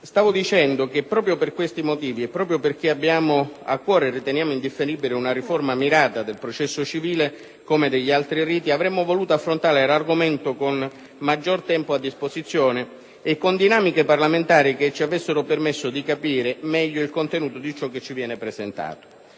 provvedimenti. Proprio per questi motivi e perché abbiamo a cuore, ritenendola indifferibile, una riforma mirata del processo civile come degli altri riti, avremmo voluto affrontare questo argomento con maggiore tempo a disposizione e con dinamiche parlamentari che ci avessero permesso di comprendere meglio il contenuto dei testi che ci vengono presentati.